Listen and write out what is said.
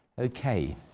Okay